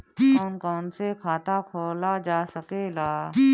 कौन कौन से खाता खोला जा सके ला?